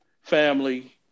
family